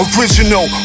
Original